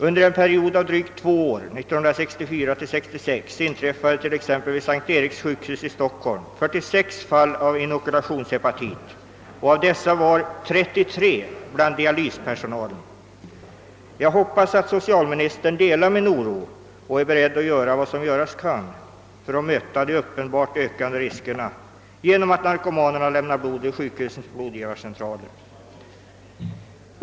Under en period av drygt två år, 1964 —1966, inträffade t.ex. vid S:t Eriks sjukhus i Stockholm 46 fall av inokulationshepatit och av dessa befann sig 33 bland dialyspersonalen. Jag hoppas att socialministern delar min oro och är beredd att göra vad som göras kan för att möta de risker som uppenbarligen ökar genom att narkomanmer lämnar blod vid sjukhusens blodgivarcentraler.